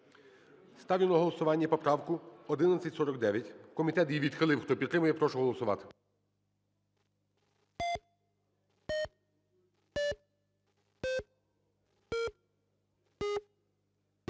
Ставлю на голосування поправку 1148. Комітет її відхилив. Хто підтримує, прошу голосувати.